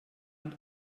und